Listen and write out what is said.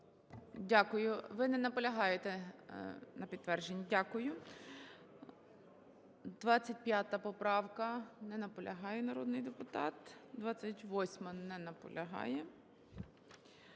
Дякую. Ви не наполягаєте на підтвердженні? Дякую. 25 поправка. Не наполягає народний депутат. 28-а. Не наполягає.